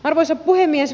arvoisa puhemies